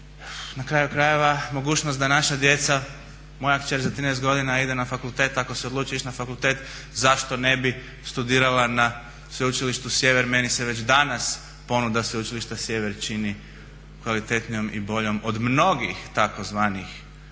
na kraju krajeva mogućnost da naša djeca, moja kćer za 13 godina ide na fakultet ako se odluči ići na fakultet zašto ne bi studirala na Sveučilištu Sjever? Meni se već danas ponuda Sveučilišta Sjever čini kvalitetnijom i boljom od mnogih tzv.